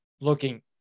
looking